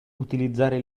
utilizzare